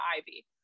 Ivy